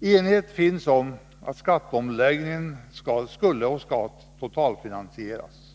Enighet råder om att skatteomläggningen skall totalfinansieras.